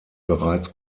bereits